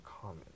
common